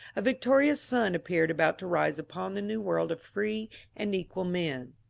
a victorious sun appeared about to rise upon the new world of free and equal men.